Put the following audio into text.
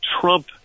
Trump